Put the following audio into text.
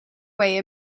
way